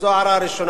זו הערה ראשונה.